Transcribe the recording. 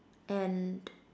and